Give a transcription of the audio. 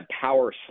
power